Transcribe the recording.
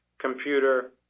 computer